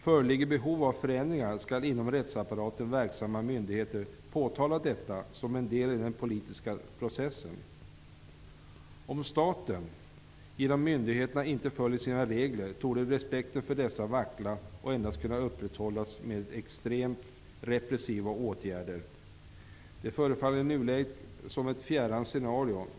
Om behov av förändringar föreligger skall inom rättsapparaten verksamma myndigheter påtala detta som en del i den politiska processen. Om staten, genom myndigheterna, inte följer sina egna regler, torde respekten för dessa vackla och endast kunna upprätthållas med extremt repressiva åtgärder. Det förefaller i nuläget som ett fjärran scenario.